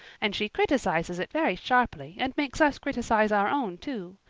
and she criticizes it very sharply and makes us criticize our own too.